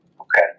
Okay